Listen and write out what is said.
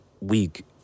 week